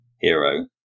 hero